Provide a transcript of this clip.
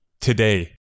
today